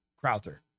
Crowther